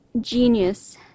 genius